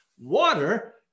Water